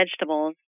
vegetables